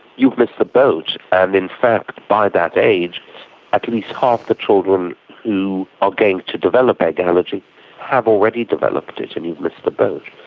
you've missed the boat and in fact by that age at least half the children who are going to develop an egg allergy have already developed it and you've missed the boat,